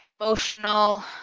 emotional